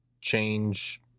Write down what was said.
change